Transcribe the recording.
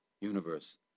universe